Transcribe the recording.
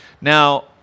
Now